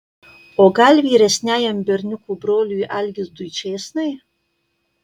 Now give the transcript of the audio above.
o gal vyresniajam berniukų broliui algirdui čėsnai